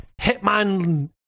Hitman